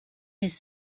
his